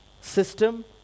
system